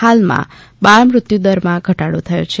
હાલમાં બાળમૃત્યુ દરમાં ઘટાડો થયો છે